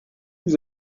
vous